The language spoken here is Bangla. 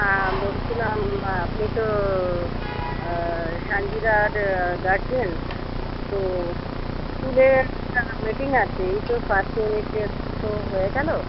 হ্যাঁ বলছিলাম আপনি তো সাঞ্জিদার গার্জেন তো স্কুলে একটা মিটিং আছে এই তো ফার্স্ট ইউনিট টেস্ট তো হয়ে গেল